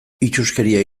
itsuskeria